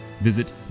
visit